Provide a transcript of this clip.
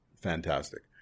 fantastic